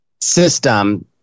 system